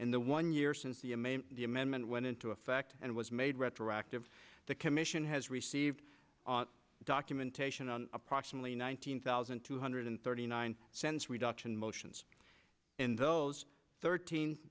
in the one year since the m a the amendment went into effect and was made retroactive the commission has received documentation on approximately nineteen thousand two hundred thirty nine cents reduction motions in those thirteen